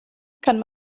kann